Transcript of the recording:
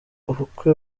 ubukwe